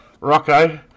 Rocco